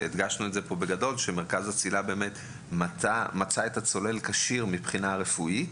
העניין שמרכז הצלילה מצא את הצולל כשיר מבחינה רפואית